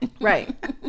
Right